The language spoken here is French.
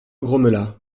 grommela